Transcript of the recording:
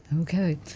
Okay